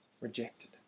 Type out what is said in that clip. rejected